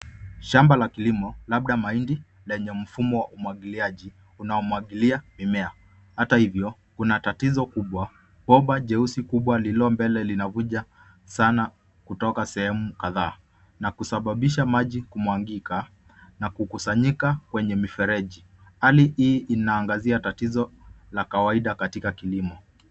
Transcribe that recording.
Shamba la kilimo labda mahindi lenye mfumo wa umwagiliaji unaomwagilia mimea. Hata hivyo, kuna tatizo kubwa, bomba jeusi kubwa lililo mbee linavuja sana kutoka sehemu kadhaa na kusababisha maji kumwagika na kukusanyika kwenye mifereji. Hali hii inaangazia tatizo la kawaida katika kilimo.